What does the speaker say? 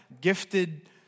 gifted